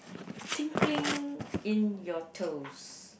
tingling in your toes